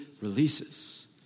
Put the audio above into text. releases